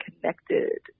connected